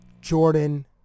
Jordan